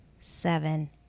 seven